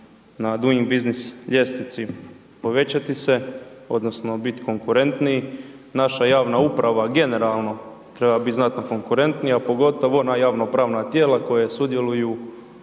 na doing business ljestvici povećati se odnosno bit konkurentniji, naša javna uprava generalno treba bit znatno konkurentnija, pogotovo ona javno-pravna tijela koja sudjeluju